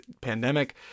pandemic